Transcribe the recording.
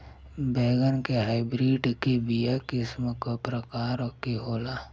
बैगन के हाइब्रिड के बीया किस्म क प्रकार के होला?